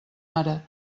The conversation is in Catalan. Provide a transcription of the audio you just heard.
ara